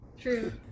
true